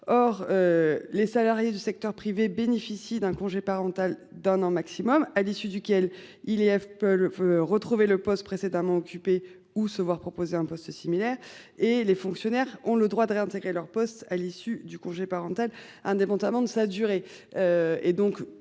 Or. Les salariés du secteur privé bénéficient d'un congé parental d'un an maximum à l'issue duquel il y peu le feu retrouvé le poste précédemment occupé ou se voir proposer un poste similaire et les fonctionnaires ont le droit de réintégrer leur poste à l'issue du congé parental, indépendamment de sa durée.